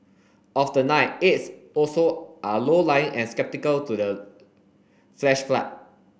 of the nine eights also are low lying and skeptical to the flash flood